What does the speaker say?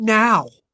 now